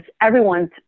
everyone's